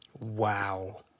Wow